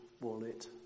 wallet